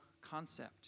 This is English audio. concept